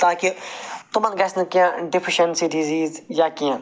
تاکہِ تِمَن گَژھِ نہٕ کیٛنٛہہ ڈیٚفِشٮ۪نسی ڈِزیٖز یا کیٛنٛہہ